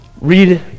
Read